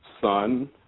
son